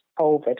COVID